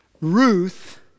Ruth